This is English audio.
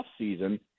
offseason